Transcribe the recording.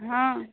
हँ